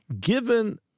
given